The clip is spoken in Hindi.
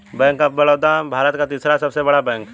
बैंक ऑफ़ बड़ौदा भारत का तीसरा सबसे बड़ा बैंक हैं